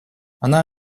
она